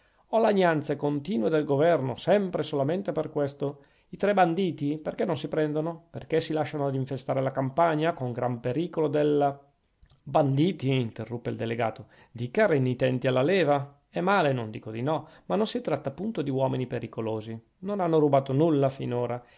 ho lagnanze continue del governo sempre e solamente per questo i tre banditi perchè non si prendono perchè si lasciano ad infestare la campagna con gran pericolo della banditi interruppe il delegato dica renitenti alla leva è male non dico di no ma non si tratta punto di uomini pericolosi non hanno rubato nulla finora